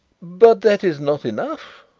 but that is not enough,